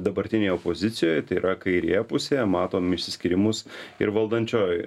dabartinėj opozicijoj tai yra kairėje pusėje matom išsiskyrimus ir valdančiojoj